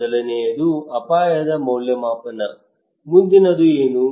ಮೊದಲನೆಯದು ಅಪಾಯದ ಮೌಲ್ಯಮಾಪನ ಮುಂದಿನದು ಏನು